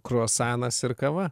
kruasanas ir kava